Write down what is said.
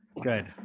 Good